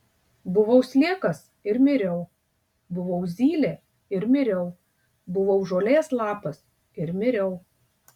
buvau sliekas ir miriau buvau zylė ir miriau buvau žolės lapas ir miriau